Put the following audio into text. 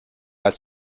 als